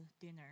dinner